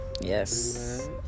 Yes